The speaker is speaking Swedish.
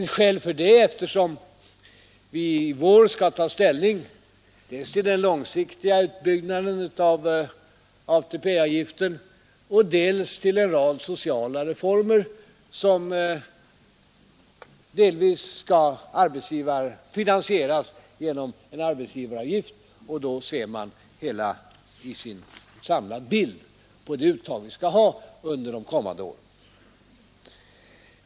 Skälen härför är att vi i vår skall ta ställning till den långsiktiga utbyggnaden av ATP-avgiften samt till en rad sociala reformer, vilka delvis skall finansieras genom en arbetsgivaravgift. Då ser vi en samlad bild av det uttag vi skall ha under kommande år.